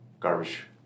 garbage